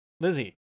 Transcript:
Lizzie